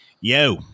yo